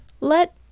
Let